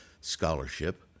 scholarship